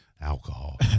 Alcohol